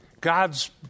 God's